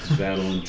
battle